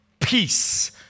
Peace